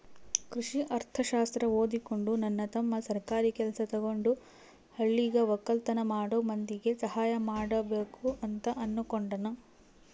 ಕೃಷಿ ಅರ್ಥಶಾಸ್ತ್ರ ಓದಿಕೊಂಡು ನನ್ನ ತಮ್ಮ ಸರ್ಕಾರಿ ಕೆಲ್ಸ ತಗಂಡು ಹಳ್ಳಿಗ ವಕ್ಕಲತನ ಮಾಡೋ ಮಂದಿಗೆ ಸಹಾಯ ಮಾಡಬಕು ಅಂತ ಅನ್ನುಕೊಂಡನ